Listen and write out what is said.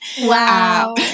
Wow